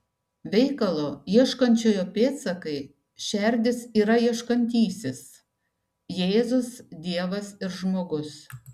veikalo ieškančiojo pėdsakai šerdis yra ieškantysis jėzus dievas ir žmogus